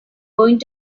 going